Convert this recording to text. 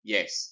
Yes